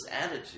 attitude